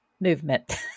movement